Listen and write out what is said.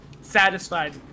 satisfied